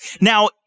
now